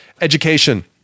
Education